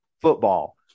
football